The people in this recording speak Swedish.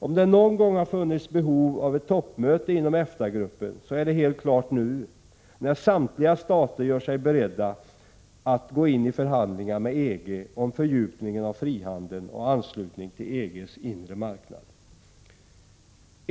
Om det någon gång har funnits behov av ett toppmöte inom EFTA-gruppen, så är det helt klart nu, när samtliga stater gör sig beredda att gå in i förhandlingar med EG om fördjupning av frihandeln och anslutning till EG:s inre marknad.